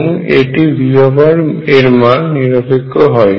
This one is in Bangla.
এবং এটি V এর মান নিরপেক্ষ হয়